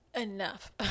enough